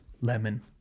Lemon